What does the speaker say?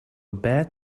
bad